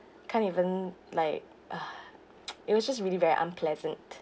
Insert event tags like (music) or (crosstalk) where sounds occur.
can't even like ah (noise) it was just really very unpleasant